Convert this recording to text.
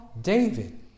David